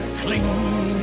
cling